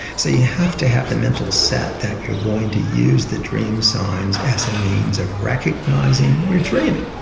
so you have to have the mental set that you are going to use the dream signs as a means of recognising you're dreaming.